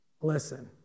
listen